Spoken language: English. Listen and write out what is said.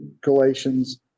Galatians